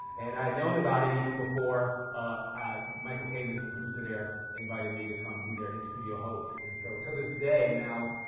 and i'd known about it even before michael kamins, the producer there invited me to come be there and studio host. and so to this day now,